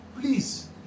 please